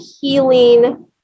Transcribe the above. healing